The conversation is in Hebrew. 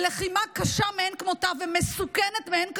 בלחימה קשה מאין כמותה ומסוכנת מאין כמוה,